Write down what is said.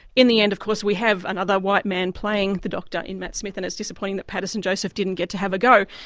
in the end of course we have another white man playing the doctor in matt smith and it's disappointing that paterson joseph didn't get to have a go.